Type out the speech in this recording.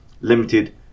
limited